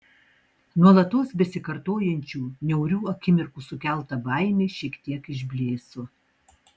nuolatos besikartojančių niaurių akimirkų sukelta baimė šiek tiek išblėso